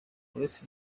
uretse